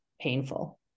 painful